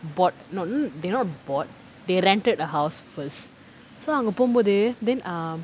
bought not n~ they not bought they rented a house first so அங்க போம்போது:anga pompothu then uh